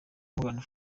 morgan